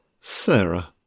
Sarah